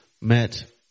met